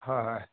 হয় হয়